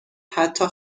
حتی